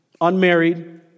unmarried